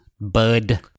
bud